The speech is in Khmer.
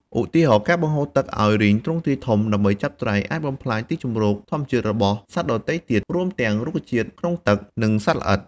ឧទាហរណ៍ ការបង្ហូរទឹកឲ្យរីងទ្រង់ទ្រាយធំ ដើម្បីចាប់ត្រី អាចបំផ្លាញទីជម្រកធម្មជាតិរបស់សត្វទឹកដទៃទៀត រួមទាំងរុក្ខជាតិក្នុងទឹក និងសត្វល្អិត។